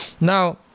Now